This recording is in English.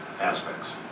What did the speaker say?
aspects